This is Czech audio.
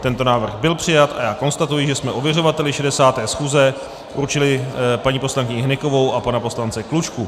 Tento návrh byl přijat a já konstatuji, že jsme ověřovateli 60. schůze určili paní poslankyni Hnykovou a pana poslance Klučku.